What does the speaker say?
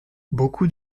beaucoup